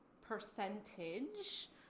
percentage